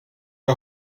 the